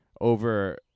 over